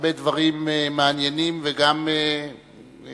הרבה דברים מעניינים וגם חשובים,